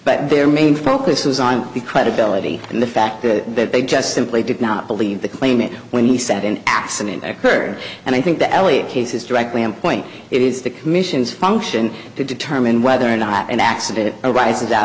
but their main focus was on the credibility and the fact that they just simply did not believe the claim when he said an accident occurred and i think the elliott case is directly on point it is the commission's function to determine whether or not an accident arises out